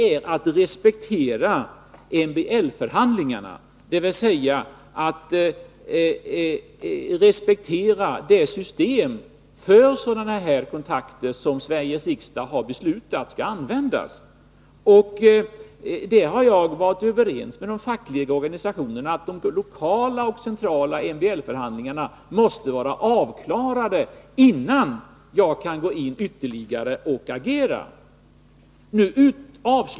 — är att respektera MBL-förhandlingarna, dvs. att respektera det system som Sveriges riksdag har beslutat skall tillämpas. Jag har varit överens med de fackliga organisationerna om att de lokala och centrala MBL förhandlingarna måste vara avklarade innan jag kan gå in ytterligare och agera.